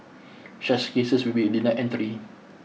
such cases will be denied entry